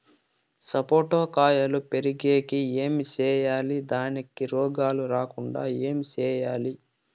సపోట కాయలు పెరిగేకి ఏమి సేయాలి దానికి రోగాలు రాకుండా ఏమి సేయాలి?